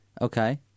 Okay